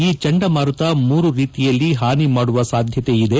ಈ ಚಂಡಮಾರುತ ಮೂರು ರೀತಿಯಲ್ಲಿ ಹಾನಿ ಮಾಡುವ ಸಾಧ್ಯತೆಯಿದೆ